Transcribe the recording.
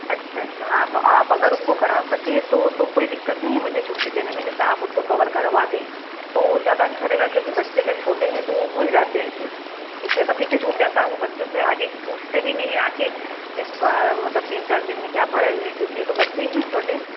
अच्छा अच्छा हाँ तो आप अगर उसको करा सकें तो तो कोई दिक्कत नहीं मुझे छुट्टी देने में जैसे आप उसको कवर करवा दें तो ज्यादा अच्छा रहेगा क्योंकि बच्चे क्या हैं छोटे हैं तो वो भूल जाते हैं फिर पीछे का पीछे छूट जाता है वो बच्चों से आगे पूछते भी नहीं हैं आ कर कि क मतलब तीन चार दिन में क्या पढ़ाई हुई क्योंकि ये तो बच्चे हैं छोटे